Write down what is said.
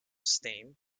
steam